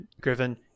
Griffin